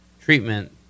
treatment